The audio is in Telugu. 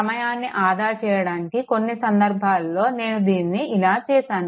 సమయాన్ని ఆదా చేయడానికి కొన్ని సందర్భాల్లో నేను దీన్ని ఇలా చేశాను